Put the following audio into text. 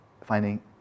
finding